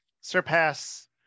surpass